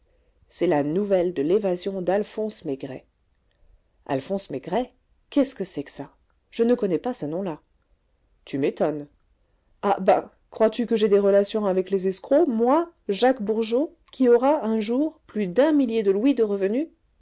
c'est la nouvelle de l'évasion d'alphonse maigret alphonse maigret qu'est-ce que c'est que ça je ne connais pas ce nom-là tu m'étonnes ah ben crois-tu que j'aie des relations avec les escrocs moi jacques bourgeot qui aura un jour plus d'un millier de louis de revenus